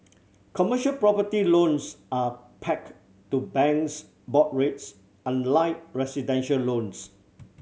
commercial property loans are pack to banks' board rates unlike residential loans